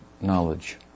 knowledge